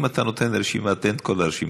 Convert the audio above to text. אם אתה נותן את הרשימה, תן את כל הרשימה.